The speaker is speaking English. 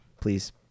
Please